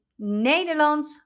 Nederland